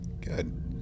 Good